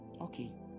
Okay